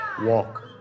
Walk